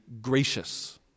gracious